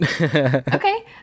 Okay